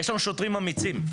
יש לנו שוטרים אמיצים.